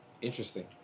Interesting